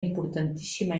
importantíssima